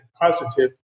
positive